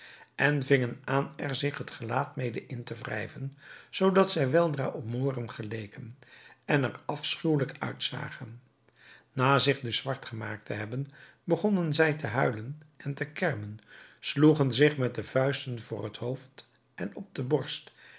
en vingen aan er zich het gelaat mede in te vrijven zoodat zij weldra op mooren geleken en er afschuwelijk uitzagen na zich dus zwart gemaakt te hebben begonnen zij te huilen en te kermen sloegen zich met de vuisten voor het hoofd en op de borst